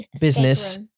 Business